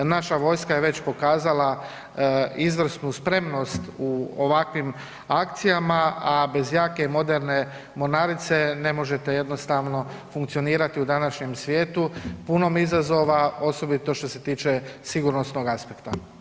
Naša vojska je već pokazala izvrsnu spremnost u ovakvim akcijama, a bez jake i moderne mornarice ne možete jednostavno funkcionirati u današnjem svijetu punom izazova osobito što se tiče sigurnosnog aspekta.